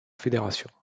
fédération